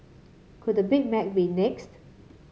could the Big Mac be next